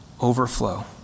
overflow